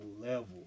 level